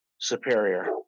superior